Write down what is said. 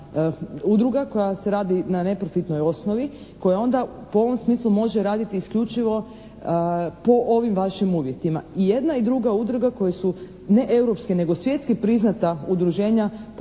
udruga koja se radi na neprofitnoj osnovi koja onda po ovom smislu može raditi isključivo po ovim vašim uvjetima. I jedna i druga udruga koje su ne europska nego svjetski priznata udruženja